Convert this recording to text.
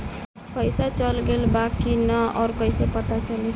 पइसा चल गेलऽ बा कि न और कइसे पता चलि?